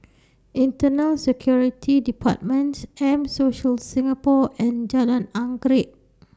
Internal Security department M Social Singapore and Jalan Anggerek